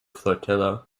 flotilla